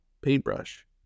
paintbrush